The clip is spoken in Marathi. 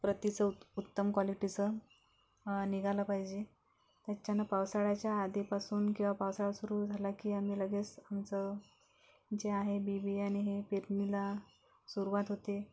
प्रतीचं उत उत्तम क्वालिटीचं निघालं पाहिजे ह्याच्यानं पावसाळ्याच्या आधीपासून किंवा पावसाळा सुरू झाला की आम्ही लगेच आमचं जे आहे बीबियाणे हे पेरणीला सुरुवात होते